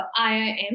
IIM